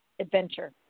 Adventure